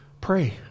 pray